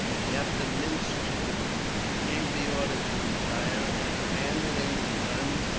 captain minchin gave the order to retire and, abandoning their guns,